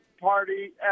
party